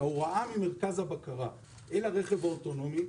שההוראה ממרכז הבקרה אל הרכב האוטונומי,